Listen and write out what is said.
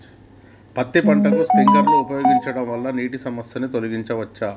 పత్తి పంటకు స్ప్రింక్లర్లు ఉపయోగించడం వల్ల నీటి సమస్యను తొలగించవచ్చా?